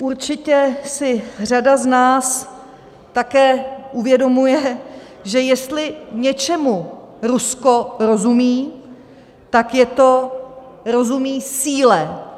Určitě si řada z nás také uvědomuje, že jestli něčemu Rusko rozumí, tak je to rozumí síle.